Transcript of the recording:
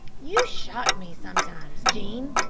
you shock me sometimes, jean,